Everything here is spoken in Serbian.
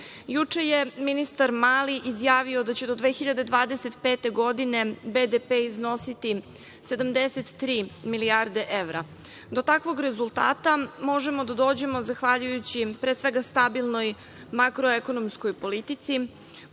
je ministar Mali izjavio da će do 2025. godine BDP iznositi 73 milijarde evra. Do takvog rezultata možemo da dođemo zahvaljujući pre svega stabilnoj makroekonomskoj politici,